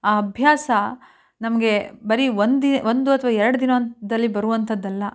ಆ ಅಭ್ಯಾಸ ನಮಗೆ ಬರೀ ಒಂದು ಒಂದು ಅಥವಾ ಎರಡು ದಿನದಲ್ಲಿ ಬರುವಂಥದಲ್ಲ